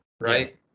right